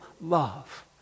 love